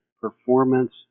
performance